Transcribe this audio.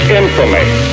infamy